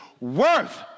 worth